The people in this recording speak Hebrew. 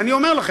אני אומר לכם,